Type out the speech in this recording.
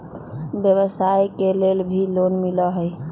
व्यवसाय के लेल भी लोन मिलहई?